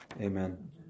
Amen